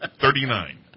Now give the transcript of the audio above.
Thirty-nine